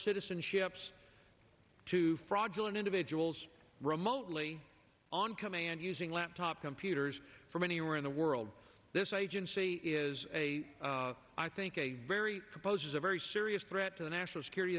citizenships to fraudulent individuals remotely on coming and using laptop computers from anywhere in the world this agency is a i think a very poses a very serious threat to national security